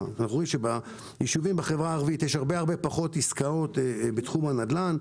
רואים שבישובים בחברה הערבית יש הרבה פחות עסקאות בתחום הנדל"ן,